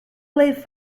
live